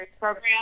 program